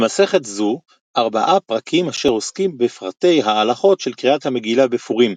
במסכת זו ארבעה פרקים אשר עוסקים בפרטי ההלכות של קריאת המגילה בפורים,